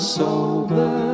sober